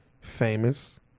famous